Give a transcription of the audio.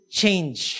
change